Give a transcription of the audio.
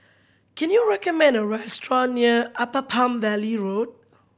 can you recommend a restaurant near Upper Palm Valley Road